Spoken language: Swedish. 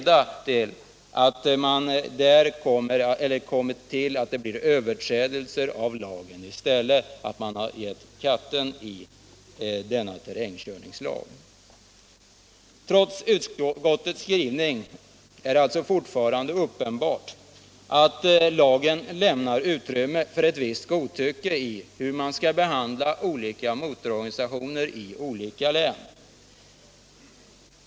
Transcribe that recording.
Det har då uppstått tendenser till överträdelse av lagen — man har struntat i terrängkörningslagen. Trots utskottets skrivning är det alltså fortfarande uppenbart att lagen lämnar utrymme för ett visst godtycke i fråga om hur man skall behandla olika motororganisationer i olika län.